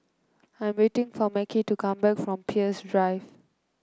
I'm waiting for Mekhi to come back from Peirce Drive